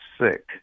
sick